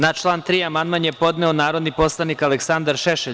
Na član 3. amandman je podneo narodni poslanik Aleksandar Šešelj.